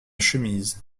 chemise